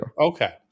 Okay